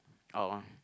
oh